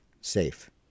safe